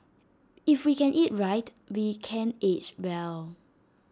if we can eat right we can age well